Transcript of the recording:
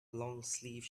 longsleeve